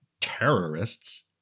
terrorists